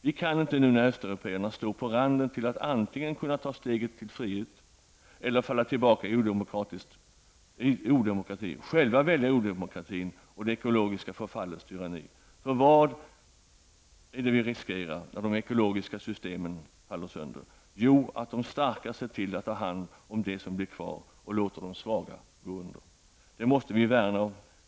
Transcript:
Vi kan inte nu när östeuropéerna står på randen till att antingen ta steget till frihet eller falla tillbaka i odemokrati själva välja odemokratin och det ekologiska förfallets tyranni. För vad är det vi riskerar när de ekologiska systemen faller sönder? Jo, att de starka ser till att de tar hand om det som blir kvar och låter de svagare gå under.